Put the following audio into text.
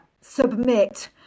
submit